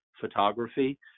photography